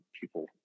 people